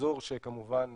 אזור שכמובן